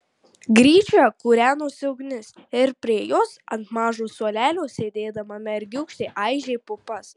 gryčioje kūrenosi ugnis ir prie jos ant mažo suolelio sėdėdama mergiūkštė aižė pupas